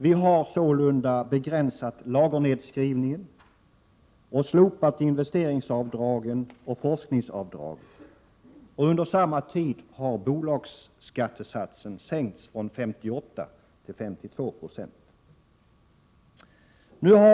Vi har sålunda begränsat lagernedskrivningen och slopat investeringsavdragen och forskningsavdraget. Under samma tid har bolagsskattesatsen sänkts från 58 9 till 52 960.